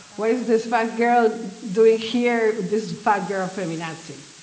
what is this fat girl doing here, this fat girl feminazi?